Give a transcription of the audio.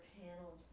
panel